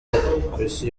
isi